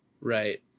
Right